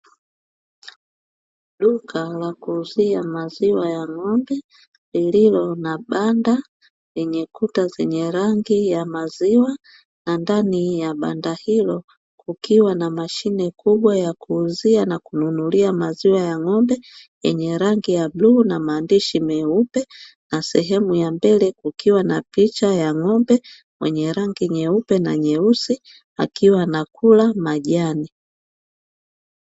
Duka la kuuzia maziwa ya ngo'mbe lililo na banda lenye kuta zenye rangi ya maziwa. Na ndani ya banda hilo kukiwa na mashine kubwa ya kuuzia na kununulia maziwa ya ngo'mbe, lenye rangi ya bluu na maandishi meupe na sehemu ya mbele kukiwa na picha ya ng'ombe mwenye rangi nyeupe na nyeusi akiwa nakula majani.